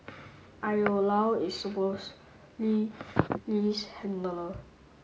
Io Lao is supposedly Lee's handler